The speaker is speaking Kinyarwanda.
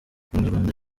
umunyarwanda